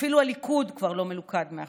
אפילו הליכוד כבר לא מלוכד מאחוריך,